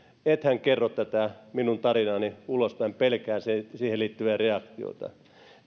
ethän kerro tätä minun tarinaani ulospäin pelkään siihen liittyviä reaktioita